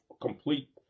complete